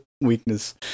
weakness